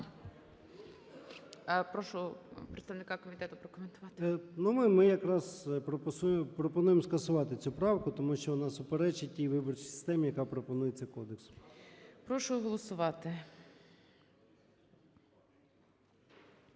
Прошу представника комітету прокоментувати. 17:31:37 ЧЕРНЕНКО О.М. Ми якраз пропонуємо скасувати цю правку, тому що вона суперечить тій виборчій системі, яка пропонується кодексом. ГОЛОВУЮЧИЙ. Прошу голосувати.